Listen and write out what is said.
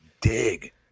dig